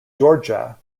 georgia